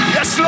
Yes